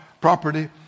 property